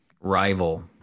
Rival